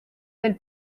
del